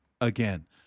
again